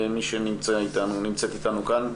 מי שנמצאת אתנו כאן,